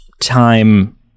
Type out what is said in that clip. time